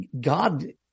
God